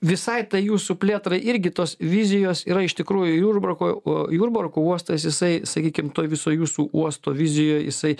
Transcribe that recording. visai tai jūsų plėtrai irgi tos vizijos yra iš tikrųjų jurbarko uo jurbarko uostas jisai sakykim toj visoj jūsų uosto vizijoj jisai